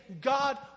God